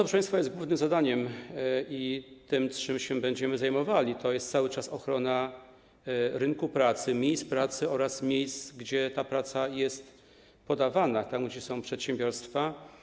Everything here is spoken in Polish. Proszę państwa, głównym zadaniem, tym, czym się będziemy zajmowali, jest cały czas ochrona rynku pracy, miejsc pracy oraz miejsc, gdzie ta praca jest podawana, gdzie są przedsiębiorstwa.